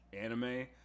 anime